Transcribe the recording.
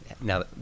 Now